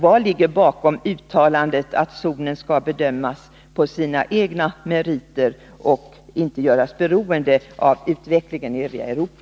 Vad ligger bakom uttalandet att zonen skall bedömas på sina egna meriter och inte göras beroende av utvecklingen i övriga Europa?